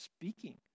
speaking